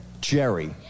Jerry